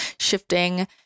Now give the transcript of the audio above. shifting